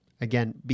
again